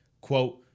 quote